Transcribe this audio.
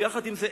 עם זה,